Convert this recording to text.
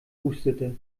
hustete